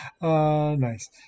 nice